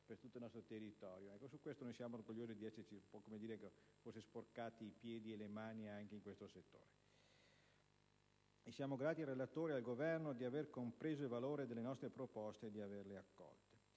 per tutto il nostro territorio. Per questo siamo orgogliosi di esserci sporcati i piedi e le mani anche in questo settore e siamo grati al relatore ed al Governo di aver compreso il valore delle nostre proposte e di averle accolte.